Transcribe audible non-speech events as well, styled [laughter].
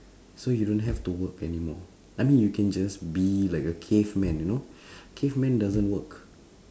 so you don't have to work anymore I mean you can just be like a caveman you know [breath] caveman doesn't work